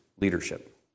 leadership